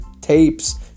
tapes